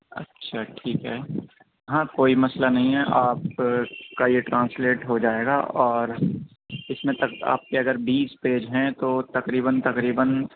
اچھا ٹھیک ہے ہاں کوئی مسئلہ نہیں ہے آپ کا یہ ٹرانسلیٹ ہو جائے گا اور اس میں آپ کے اگر بیس پیج ہیں تو تقریباً تقریباً